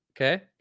okay